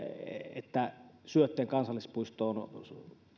että syötteen kansallispuistoon